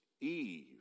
Eve